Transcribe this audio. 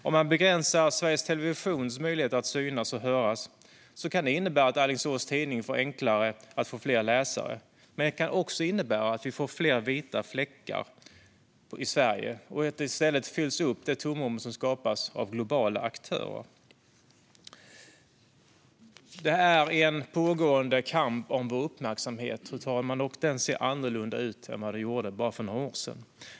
Om man begränsar Sveriges Televisions möjligheter att synas och höras kan det innebära att Alingsås Tidning får fler läsare, men det kan också innebära att vi får fler vita fläckar i Sverige och att det tomrum som skapas fylls upp av globala aktörer. Det är en pågående kamp om vår uppmärksamhet, fru talman, och den ser annorlunda ut än vad den gjorde för bara några år sedan.